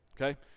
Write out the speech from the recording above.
okay